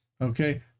Okay